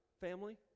family